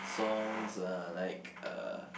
songs uh like uh